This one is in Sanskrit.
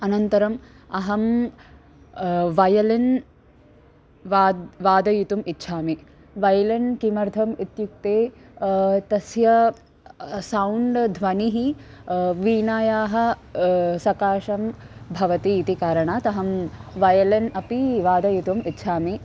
अनन्तरम् अहं वयलिन् वा वादयितुम् इच्छामि वयलिन् किमर्थम् इत्युक्ते तस्य सौण्ड् ध्वनिः वीणायाः सकाशं भवति इति कारणात् अहं वयलिन् अपि वादयितुम् इच्छामि